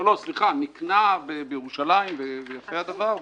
סליחה, נקנה בירושלים, ויפה הדבר.